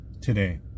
today